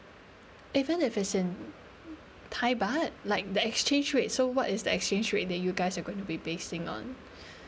even if it's in thai baht like the exchange rate so what is the exchange rate that you guys are going to be basing on